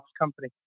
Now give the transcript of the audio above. company